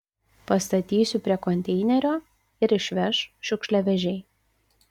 pastatysiu prie konteinerio ir išveš šiukšliavežiai